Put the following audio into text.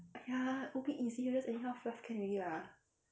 !aiya! O_B easy just anyhow fluff can already lah